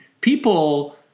people